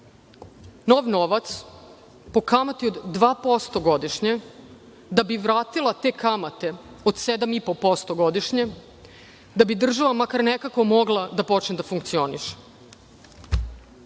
nov novac po kamati od 2% godišnje, da bi vratila te kamate od 7,5% godišnje, da bi država makar nekako mogla da počne da funkcioniše.